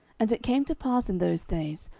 and it came to pass in those days,